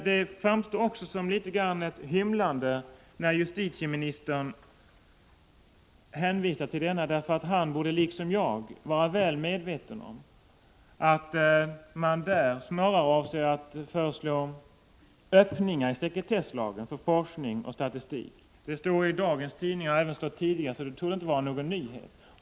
Det framstår också som litet av ett hymlande när justitieministern hänvisar till denna, eftersom han liksom jag borde vara väl medveten om att man där snarare avser att föreslå öppningar i sekretesslagen för forskning och statistik. Detta står i dagens tidningar och det har stått tidigare, så det torde inte vara någon nyhet.